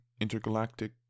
intergalactic